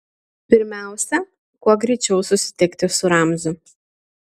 pirmiausia kuo greičiau susitikti su ramziu